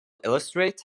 illustrate